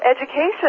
education